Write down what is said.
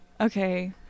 okay